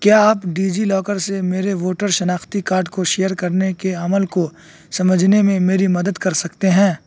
کیا آپ DigiLocker سے میرے ووٹر شناختی کارڈ کو شیئر کرنے کے عمل کو سمجھنے میں میری مدد کر سکتے ہیں